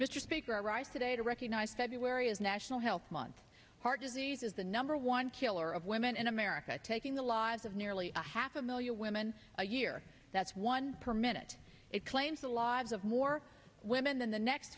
mr speaker i rise today to recognize february is national health month heart disease is the number one killer of women in america taking the lives of nearly a half a million women a year that's one per minute it claims the loss of more women than the next